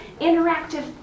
interactive